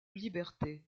liberté